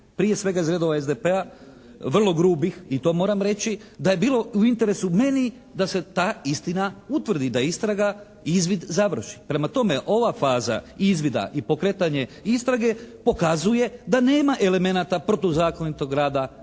prije svega iz redova SDP-a vrlo grubih i to moram reći da je bilo u interesu meni da se ta istina utvrdi, da istraga izvid završi. Prema tome, ova faza izvida i pokretanje istrage pokazuje da nema elemenata protuzakonitog rada